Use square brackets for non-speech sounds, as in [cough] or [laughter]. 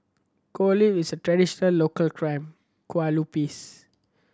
Kuih Lope is a traditional local [unintelligible]